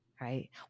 right